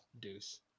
deuce